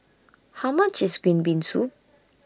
How much IS Green Bean Soup